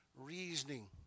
reasoning